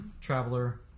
traveler